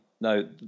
no